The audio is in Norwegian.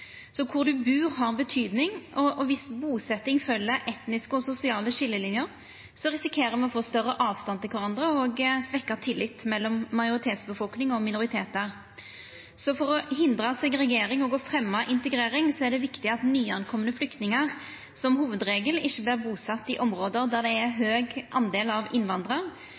Kor ein bur, har betyding, og dersom busetjing følgjer etniske og sosiale skiljelinjer, risikerer me å få større avstand til kvarandre og svekt tillit mellom majoritetsbefolkning og minoritetar. For å hindra segregering og å fremja integrering er det viktig at nykomne flyktningar som hovudregel ikkje vert busette i område der det er ein høg andel av